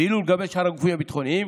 ואילו לגבי שאר הגופים הביטחוניים,